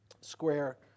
square